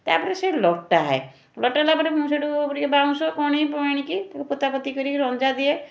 ତା'ପରେ ସେ ଲଟା ହୁଏ ଲଟା ହେଲାପରେ ମୁଁ ସେଇଠୁ ବାଉଁଶ କଣି ଆଣିକି ତାକୁ ପୋତାପତି କରିକି ରଞ୍ଜାଦିଏ